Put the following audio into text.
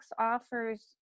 offers